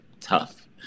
tough